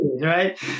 right